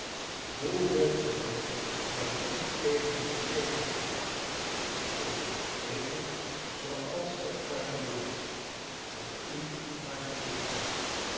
hoe wilt ge dan dat ik tegen u spreken zal ik wil spreken zooals ge het maar verlangt om u maar te voldoen